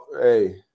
hey